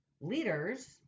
leaders